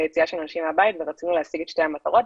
היציאה של האנשים מהבית ורצינו להשיג את שתי המטרות.